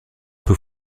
peu